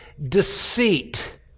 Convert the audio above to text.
Deceit